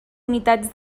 unitats